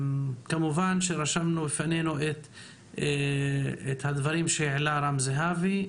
כמובן שרשמנו לפנינו גם את הדברים שהעלה רם זהבי,